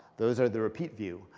those are the repeat view.